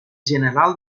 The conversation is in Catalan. general